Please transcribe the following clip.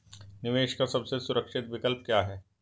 निवेश का सबसे सुरक्षित विकल्प क्या है?